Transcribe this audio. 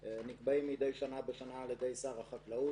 שנקבעים מדי שנה בשנה על ידי שר החקלאות